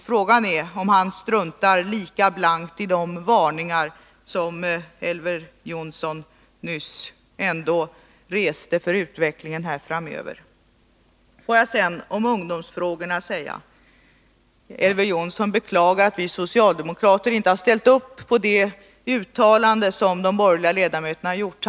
Frågan är om han struntar lika blankti de varningar som Elver Jonsson nyss reste när det gäller utvecklingen framöver. Låt mig också säga några ord om ungdomsfrågorna. Elver Jonsson beklagar att vi socialdemokrater inte har ställt upp bakom det uttalande som de borgerliga ledamöterna har gjort.